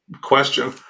question